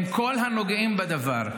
עם כל הנוגעים בדבר,